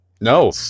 No